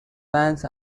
fans